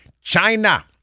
China